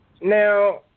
Now